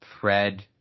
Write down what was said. Fred